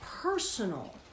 personal